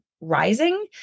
rising